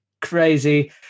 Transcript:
Crazy